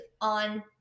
on